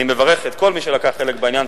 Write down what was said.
אני מברך את כל מי שלקח חלק בעניין.